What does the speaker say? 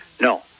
No